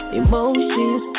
emotions